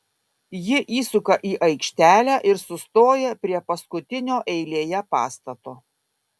ji įsuka į aikštelę ir sustoja prie paskutinio eilėje pastato